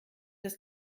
des